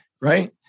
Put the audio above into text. Right